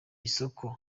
isoko